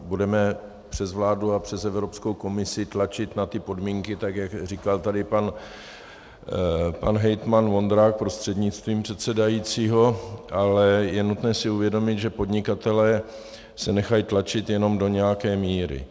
budeme přes vládu a přes Evropskou komisi tlačit na ty podmínky, tak jak tady říkal pan hejtman Vondrák prostřednictvím předsedajícího, ale je nutné si uvědomit, že podnikatelé se nechají tlačit jenom do nějaké míry.